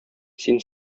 син